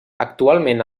actualment